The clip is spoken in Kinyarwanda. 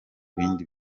bindi